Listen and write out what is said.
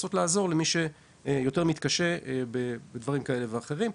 ולנסות לעזור למי שיותר מתקשה בדברים כאלה ואחרים.